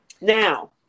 Now